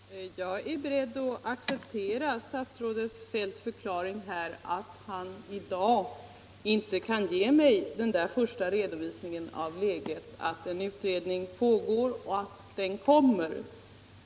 Herr talman! Jag är beredd att acceptera statsrådet Feldts förklaring att han i dag inte kan ge mig den första redovisningen av läget, att en utredning pågår och att den kommer.